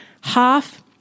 half